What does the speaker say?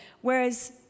Whereas